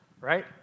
right